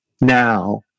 now